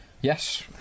Yes